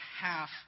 half